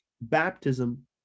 baptism